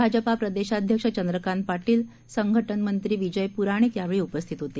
भाजपा प्रदेशाध्यक्षचंद्रकांतपाटील संघटनमंत्रीविजयप्राणिकयावेळीउपस्थितहोते